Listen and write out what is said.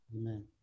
Amen